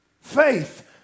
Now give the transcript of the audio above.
Faith